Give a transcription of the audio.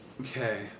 Okay